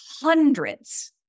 hundreds